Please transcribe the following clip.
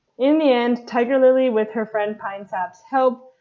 in the end, tiger lily, with her friend pine sap's help,